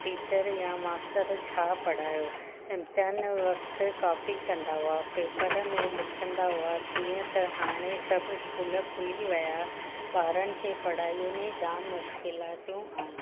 teacher या master छा पढ़ायो इम्तिहान वक़्तु कॉपी कंदा हुआ पेपर में लिखंदा हुआ कीअं त हाणे सभु स्कूल खुली विया ॿारनि खे पढ़ाईअ में जाम मुश्किलातियूं आहियूं